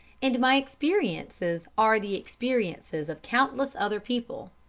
and my experiences are the experiences of countless other people.